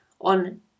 on